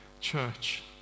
church